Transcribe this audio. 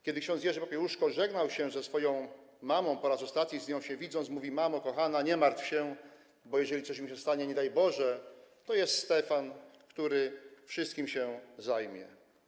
Kiedy ks. Jerzy Popiełuszko żegnał się ze swoją mamą, po raz ostatni się z nią widząc, mówił: Mamo kochana, nie martw się, bo jeżeli coś mi się stanie, nie daj Boże, to jest Stefan, który wszystkim się zajmie.